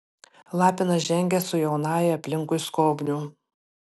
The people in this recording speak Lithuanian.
lapinas žengė su jaunąja aplinkui skobnių